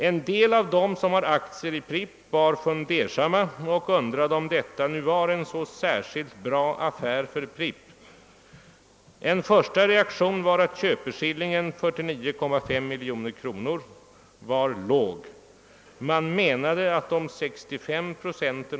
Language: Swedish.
En del av dem som har aktier i Pripp var fundersamma och undrade om detta nu var en så särskilt bra affär för Pripp — en första reaktion var att köpeskillingen, 49,5 milj.kr., var låg. Man menade att de 65 proc.